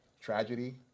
Tragedy